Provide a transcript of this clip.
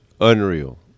unreal